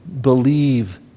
believe